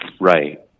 Right